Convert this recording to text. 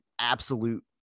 absolute